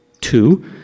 TWO